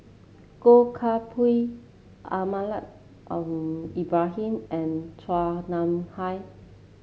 Goh Koh Pui Almahdi Al Ibrahim and Chua Nam Hai